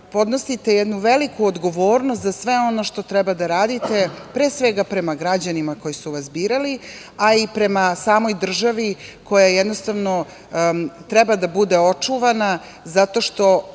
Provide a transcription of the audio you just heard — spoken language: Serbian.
podnosite jednu veliku odgovornost za sve ono što treba da radite, pre svega prema građanima koji su vas birali, a i prema samoj državi koja treba da bude očuvana zato što